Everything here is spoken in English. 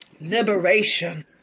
Liberation